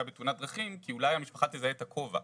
בתאונת דרכים כי אולי המשפחה תזהה את הכובע,